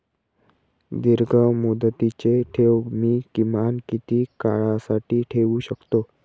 दीर्घमुदतीचे ठेव मी किमान किती काळासाठी ठेवू शकतो?